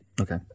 Okay